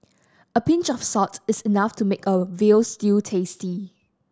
a pinch of salt is enough to make a veal stew tasty